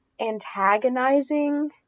antagonizing